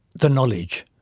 the knowledge.